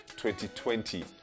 2020